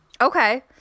Okay